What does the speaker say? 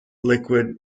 liquid